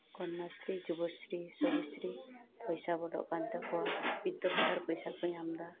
ᱠᱚᱱᱱᱟᱥᱨᱤ ᱡᱩᱵᱚᱥᱨᱤ ᱨᱩᱯᱚᱥᱨᱤ ᱯᱚᱭᱥᱟ ᱵᱚᱞᱚᱜ ᱠᱟᱱ ᱛᱟᱠᱚᱣᱟ ᱵᱨᱤᱫᱽᱫᱚ ᱦᱚᱲ ᱯᱚᱭᱥᱟ ᱠᱚ ᱧᱟᱢ ᱫᱟ